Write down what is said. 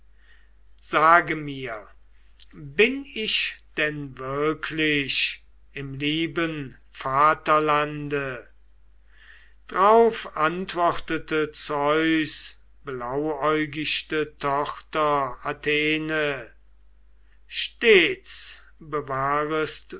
sage mir bin ich denn wirklich im lieben vaterlande drauf antwortete zeus blauäugichte tochter athene stets bewahrest